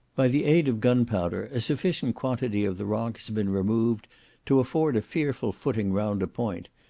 by the aid of gunpowder a sufficient quantity of the rock has been removed to afford a fearful footing round a point,